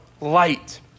light